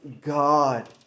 God